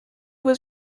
was